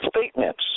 statements